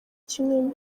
kinini